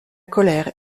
colère